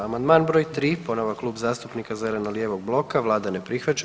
Amandman broj 3. ponovno Klub zastupnika zeleno-lijevog bloka, vlada ne prihvaća.